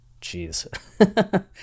Jeez